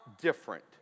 different